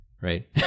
right